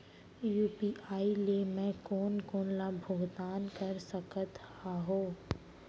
UPI ले मैं कोन कोन ला भुगतान कर सकत हओं?